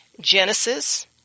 Genesis